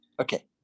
okay